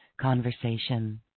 conversation